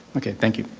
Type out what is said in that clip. okay, thank you.